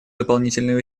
дополнительных